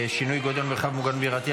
שינוי גודל מרחב מוגן דירתי),